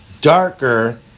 Darker